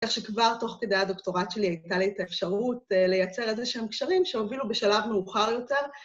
‫כך שכבר תוך כדאי הדוקטורט שלי ‫הייתה לי את האפשרות ‫לייצר איזה שהם קשרים ‫שהובילו בשלב מאוחר יותר.